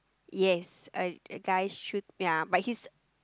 yes a a guy shoot ya but he's